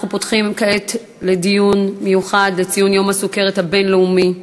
אנחנו פותחים דיון מיוחד לציון יום הסוכרת הבין-לאומי.